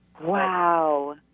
Wow